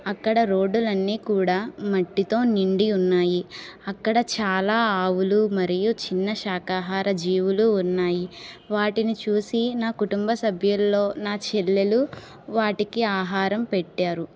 అక్కడ రోడ్డులన్నీ కూడా మట్టితో నిండి ఉన్నాయి అక్కడ చాలా ఆవులు మరియు చిన్న శాఖాహార జీవులు ఉన్నాయి వాటిని చూసి నా కుటుంబ సభ్యుల్లో నా చెల్లెలు వాటికి ఆహారం పెట్టారు